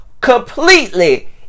completely